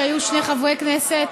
כשהיו שני חברי כנסת